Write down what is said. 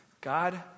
God